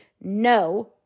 no